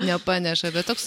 nepaneša bet toks